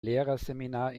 lehrerseminar